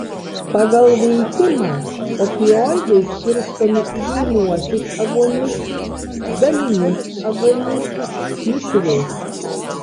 pagal veikimą opioidai skirstomi į grynuosius agonistus dalinius agonistus mišrius